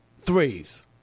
threes